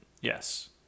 Yes